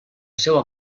seua